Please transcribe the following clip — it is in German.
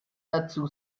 dazu